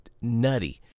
nutty